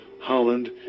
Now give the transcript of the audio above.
Holland